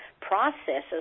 processes